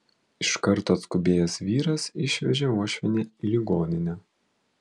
iš karto atskubėjęs vyras išvežė uošvienę į ligoninę